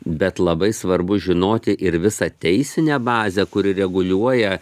bet labai svarbu žinoti ir visą teisinę bazę kuri reguliuoja